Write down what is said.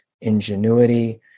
ingenuity